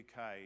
UK